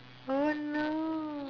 oh no